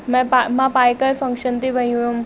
मैं पा मां पाए करे फंक्शन ते वई हुअमि